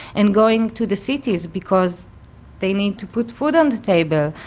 and going to the cities because they need to put food on the table.